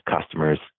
customer's